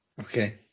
Okay